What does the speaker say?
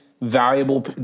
valuable